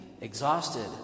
exhausted